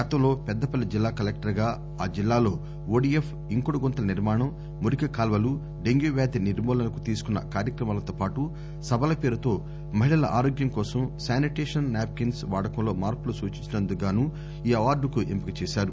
గతంలో పెద్దపల్లి జిల్లా కలెక్టర్గా ఆ జిల్లాలో ఓడిఎఫ్ ఇంకుడు గుంతల నిర్మాణం మురికి కాల్వలు డెంగ్యూ వ్యాధి నిర్మూలనకు తీసుకున్న కార్యక్రమాలతోపాటు సభల పేరుతో మహిళల ఆరోగ్యం కోసం సానిటేషన్ నాప్కిన్ప్ వాడకంలో మార్పులు సూచించినందుకు గాను ఈ అవార్గుకు ఎంపిక చేసారు